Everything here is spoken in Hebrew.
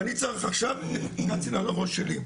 ואני צריך עכשיו את קצין על הראש שלי.